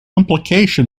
implication